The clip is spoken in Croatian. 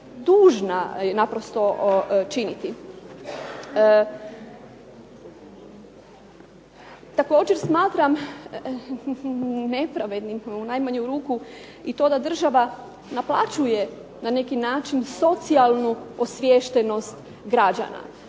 dužna je naprosto činiti. Također smatram nepravednim u najmanju ruku i to da država naplaćuje na neki način socijalnu osviještenost građana.